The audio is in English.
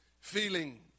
feeling